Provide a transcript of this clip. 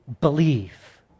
believe